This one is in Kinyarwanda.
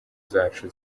zacu